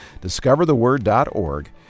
discovertheword.org